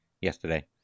yesterday